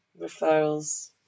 referrals